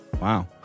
Wow